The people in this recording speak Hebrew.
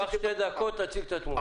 קח שתי דקות להציג את התמונה.